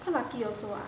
so lucky also ah